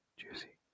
juicy